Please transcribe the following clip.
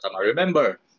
remember